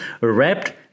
wrapped